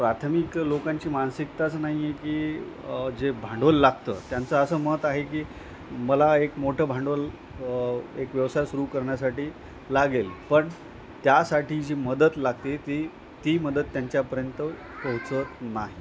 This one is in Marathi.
प्राथमिक लोकांची मानसिकताच नाही आहे की जे भांडवल लागतं त्यांचं असं मत आहे की मला एक मोठं भांडवल एक व्यवसाय सुरू करण्यासाठी लागेल पण त्यासाठी जी मदत लागते ती ती मदत त्यांच्यापर्यंत पोचत नाही